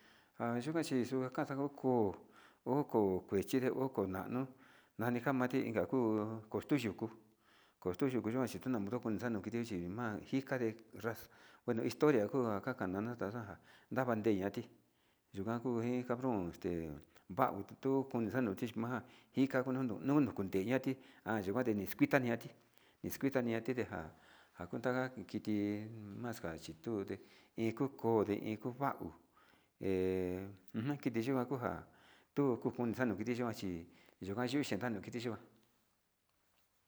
Njan hyikuan chi xua kaxan nguo ko'ó ho ko'o kuechi ta ho ko'o njano nani njamate inka akuu koxtu yuku kutu yuku yikuan chi tona moko nii xani no kit yuu chi man xhika, tande kuan historia kuu kakanaxta xaka nrava ne'e ñati yuu kuu in cabron este vautu xani kuu hi ma'a inka nunu nunu kunteña ati nayikuante nixkutaña ñati nixkuta ña'ati ndeja ndajunta iti maxnga xhitunde ikokode ikuu va'o he njuan kiti yikuan kuja'a uu uxano kiti yikuan chi yikuan chi yuya yuu chi kitiyikuan.